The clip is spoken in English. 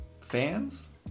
fans